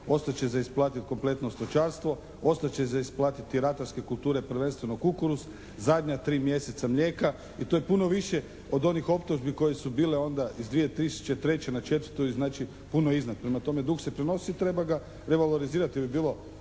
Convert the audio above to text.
ostat će za isplatiti kompletno stočarstvo, ostati će za isplatiti ratarske kulture, prvenstveno kukuruz, zadnja 3 mjeseca mlijeka i to je puno više od onih optužbi koje su bile onda iz 2003. na 4. i znači puno iznad. Prema tome, dug se prenosi i treba ga revalorizirati jer bi